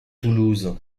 toulouse